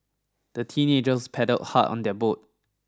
the teenagers paddled hard on their boat